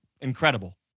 Incredible